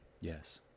Yes